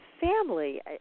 family